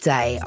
Day